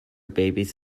babies